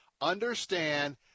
Understand